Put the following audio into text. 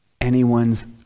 anyone's